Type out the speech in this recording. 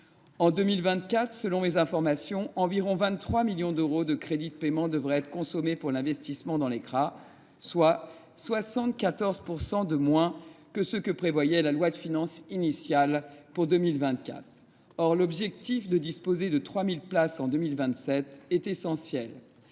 En 2024, selon mes informations, environ 23 millions d’euros de crédits de paiement devraient être consommés pour l’investissement dans les CRA, soit 74 % de moins que ce que prévoyait la loi de finances initiale pour 2024. Or l’objectif de disposer de 3 000 places en 2027 est essentiel.